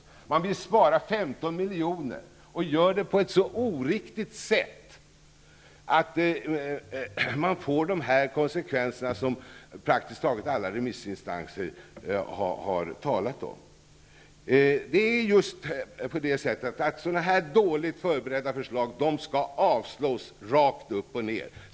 Regeringen vill spara 15 milj.kr. och gör det på ett så oriktigt sätt att man får dessa konsekvenser som praktiskt taget alla remissinstanser har talat om. Sådana dåligt förberedda förslag skall avslås rakt upp och ner!